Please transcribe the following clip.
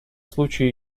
случаю